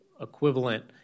equivalent